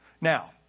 Now